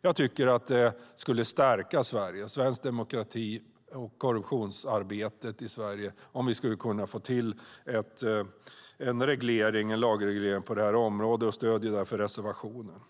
Jag tycker att det skulle stärka svensk demokrati och korruptionsarbetet i Sverige om vi kan få till en lagreglering på detta område. Jag stöder därför reservationen.